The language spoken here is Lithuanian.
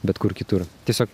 bet kur kitur tiesiog